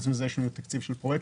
ופרט לכך יש לנו תקציב של פרויקטים,